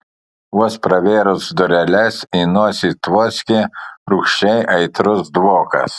vos pravėrus dureles į nosį tvoskė rūgščiai aitrus dvokas